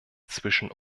zwischen